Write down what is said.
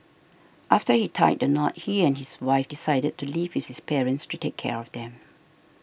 after he tied the knot he and his wife decided to live with his parents to take care of them